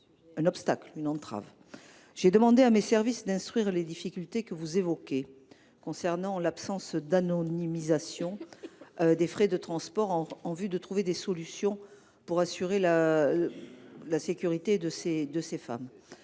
J’ai demandé à mes services d’instruire les difficultés que vous évoquez concernant l’absence d’anonymisation des frais de transport, en vue de trouver des solutions pour assurer la sécurité de ces femmes.